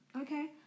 okay